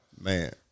Man